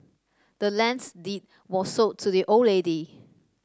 the land's deed was sold to the old lady